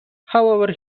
however